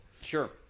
sure